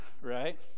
right